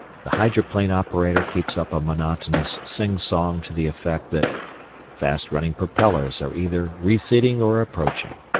the hydroplane operator keeps up a monotonous sing-song to the effect that fast running propellers are either receding or approaching.